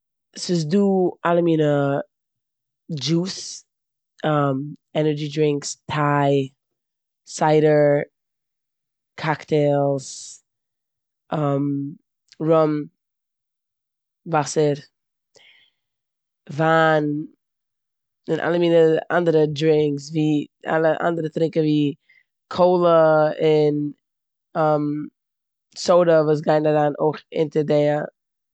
ס'איז דא אלע מינע דשוס, ענערדשי דרינקס, טיי, סיידער, קאקטעילס, ראם, וואסער, וויין און אלע מינע אנדערע דרינקס ווי- אלע אנדערע טרונקען ווי קאלע און סאדע וואס גייען אריין אויך אונטער די.